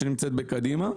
שנמצאת בקדימה.